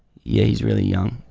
yeah, he's really young,